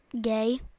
gay